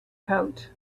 coat